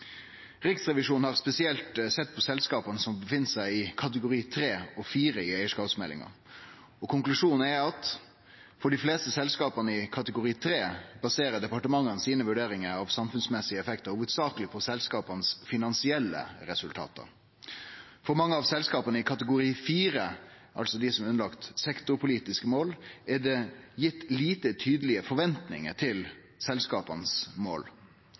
Riksrevisjonen har spesielt sett på selskapa som er i kategori 3 og 4 i eigarskapsmeldinga. Konklusjonen er at for dei fleste selskapa i kategori 3 baserer departementa sine vurderingar av samfunnsmessige effektar hovudsakleg på dei finansielle resultata i selskapa for mange av selskapa i kategori 4 – dei som er underlagde sektorpolitiske mål – er det gitt lite tydelege forventingar til måla til selskapa dei fleste kategori 4-selskapa set eigne mål